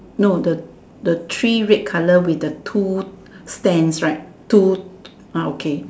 no the the three red colour with the two stands right two ah okay